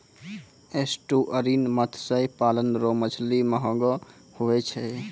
estuarine मत्स्य पालन रो मछली महगो हुवै छै